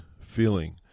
feeling